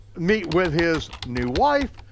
meet with his new wife,